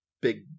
big